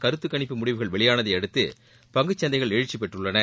கருத்துக்கணிப்பு முடிவுகள் வெளியானதையடுத்து பங்குச்சந்தைகள் எழுச்சி பெற்றுள்ளன